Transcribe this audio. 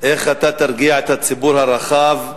איך אתה תרגיע את הציבור הרחב,